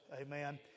Amen